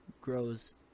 grows